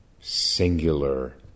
Singular